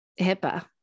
HIPAA